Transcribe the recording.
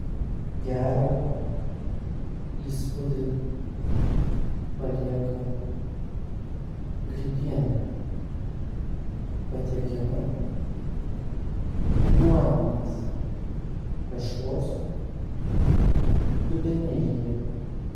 gerą įspūdį palieka grybienė patiekiama duoninės tešlos dubenėlyje